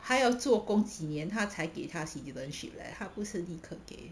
他要做工几年他才给他 citizenship leh 他不是立刻给